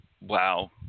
Wow